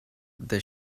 the